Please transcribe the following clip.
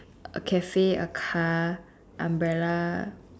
a Cafe a car umbrella